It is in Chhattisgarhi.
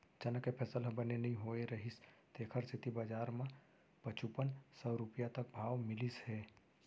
चना के फसल ह बने नइ होए रहिस तेखर सेती बजार म पचुपन सव रूपिया तक भाव मिलिस हे